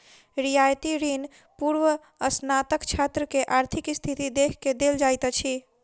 रियायती ऋण पूर्वस्नातक छात्र के आर्थिक स्थिति देख के देल जाइत अछि